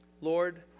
Lord